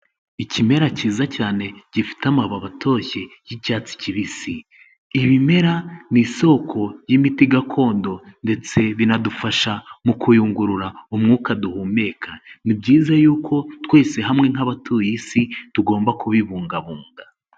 Ikimera cyiza cyane gifite amababi atoshye y'icyatsi kibisi. Ibimera ni isoko y'imiti gakondo ndetse binadufasha mu kuyungurura umwuka duhumeka ni byiza y'uko twese hamwe nk'abatuye isi tugomba kubibungabunga.